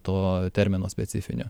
to termino specifinio